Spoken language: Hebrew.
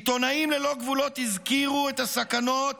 עיתונאים ללא גבולות הזכירו את סכנות